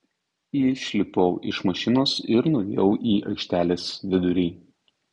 išlipau iš mašinos ir nuėjau į aikštelės vidurį